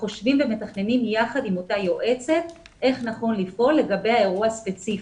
ומתכננים יחד עם אותה יועצת איך נכון לפעול לגבי האירוע הספציפי.